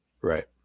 right